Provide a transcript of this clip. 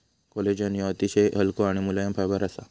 collagen ह्यो अतिशय हलको आणि मुलायम फायबर असा